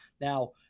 Now-